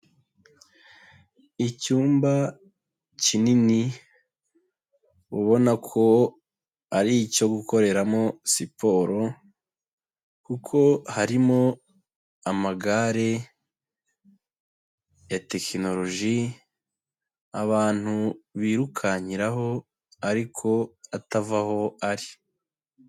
Icyumba kinini, ubona ko ari icyo gukoreramo siporo, kuko harimo amagare ya tekinoloji abantu birukankiraho ariko atava aho ari.